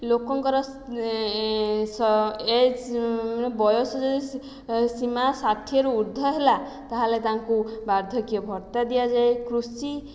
ଲୋକଙ୍କର ଏଜ ବୟସ ଯଦି ସୀମା ଷାଠିଏରୁ ଉର୍ଦ୍ଧ୍ୱ ହେଲା ତାହେଲେ ତାଙ୍କୁ ବାର୍ଦ୍ଧକ୍ୟ ଭତ୍ତା ଦିଆଯାଏ କୃଷି